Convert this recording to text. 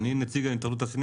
טבעי.